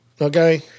Okay